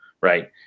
right